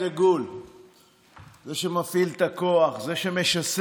נוכח ומוותר,